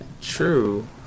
true